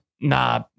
Nah